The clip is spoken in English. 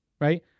Right